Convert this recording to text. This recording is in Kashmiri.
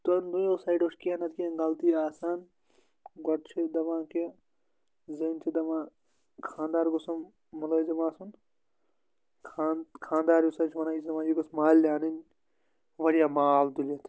تہٕ دۄییو سایڈو چھِ کیٚنٛہہ نَہ تہٕ کیٚنٛہہ غلطی آسان گۄڈٕ چھِ دَپان کہِ زٔنۍ چھِ دَپان خانٛدار گوٚژھُم مُلٲزِم آسُن خانٛدار یُس حظ چھُ وَنان یہِ چھُ دپان یہِ گٔژھ مالنہِ اَنٕنۍ واریاہ مال تُلِتھ